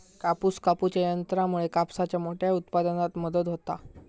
कापूस कापूच्या यंत्रामुळे कापसाच्या मोठ्या उत्पादनात मदत होता